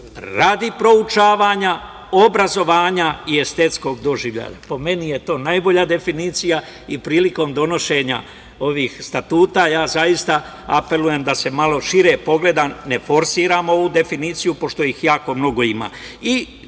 radi proučavanja, obrazovanja i estetskog doživljaja. Po meni je to najbolja definicija i prilikom donošenja ovih statuta, zaista apelujem da se malo šire pogleda. Ne forsiram ovu definiciju, pošto ih jako mnogo ima. Da